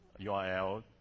URL